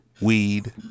weed